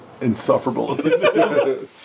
insufferable